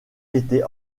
était